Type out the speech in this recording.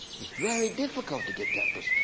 it's very difficult to get that